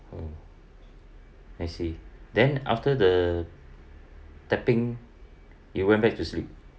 oh I see then after the tapping you went back to sleep